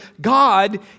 God